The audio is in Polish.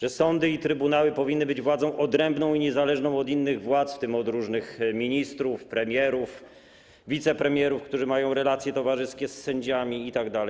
Że sądy i trybunały powinny być władzą odrębną i niezależną od innych władz, w tym od różnych ministrów, premierów, wicepremierów, którzy mają relacje towarzyskie z sędziami itd.